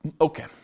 Okay